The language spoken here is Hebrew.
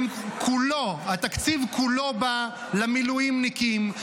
התקציב כולו בא למילואימניקים,